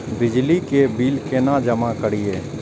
बिजली के बिल केना जमा करिए?